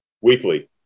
weekly